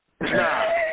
Nah